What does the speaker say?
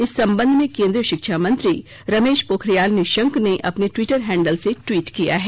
इस संबंध में केंद्रीय शिक्षा मंत्री रमेश पोखरियाल निशंक ने अपने ट्वीटर हैंडल से ट्वीट किया है